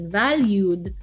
valued